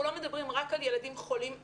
אנחנו לא מדברים רק על ילדים חולים בעצמם,